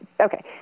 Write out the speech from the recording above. okay